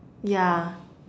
yeah